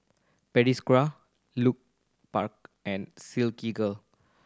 Pediasure Lupark and Silkygirl